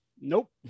Nope